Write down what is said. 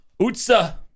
Utsa